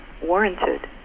warranted